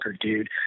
dude